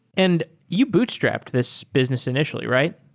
and you bootstrapped this business initially, right?